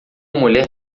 mulher